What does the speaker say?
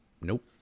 Nope